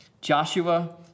Joshua